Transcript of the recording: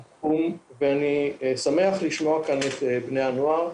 ואני שמח לשמוע כאן את בני הנוער.